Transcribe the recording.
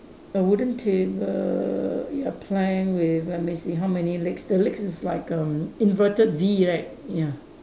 a wooden table ya plank with let me see how many legs the legs is like erm inverted V right ya